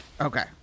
Okay